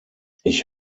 ich